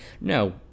no